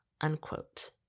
unquote